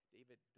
David